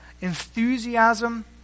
enthusiasm